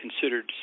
considered